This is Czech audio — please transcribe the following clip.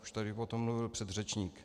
Už tady o tom mluvil předřečník.